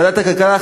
ועדת הכלכלה,